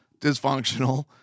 dysfunctional